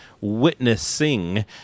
witnessing